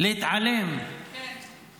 שארגון אונר"א הוא ארגון טרור -- כן,